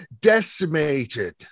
decimated